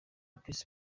peace